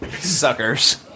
Suckers